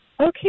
Okay